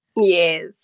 yes